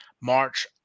March